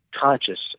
conscious